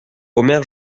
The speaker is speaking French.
omer